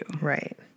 right